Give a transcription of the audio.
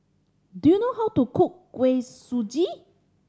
do you know how to cook Kuih Suji